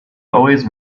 always